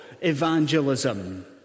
evangelism